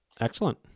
Excellent